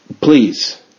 Please